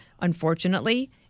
Unfortunately